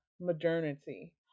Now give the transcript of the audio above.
modernity